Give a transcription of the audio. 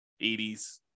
80s